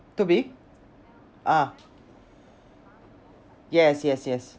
to be ah yes yes yes